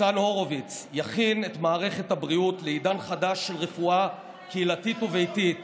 ניצן הורוביץ יכין את מערכת הבריאות לעידן חדש של רפואה קהילתית וביתית,